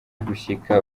gushika